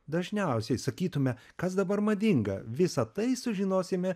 dažniausiai sakytume kas dabar madinga visa tai sužinosime